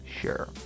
sure